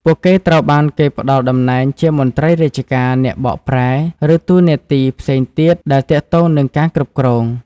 ពួកគេត្រូវបានគេផ្តល់តំណែងជាមន្ត្រីរាជការ អ្នកបកប្រែ ឬតួនាទីផ្សេងទៀតដែលទាក់ទងនឹងការគ្រប់គ្រង។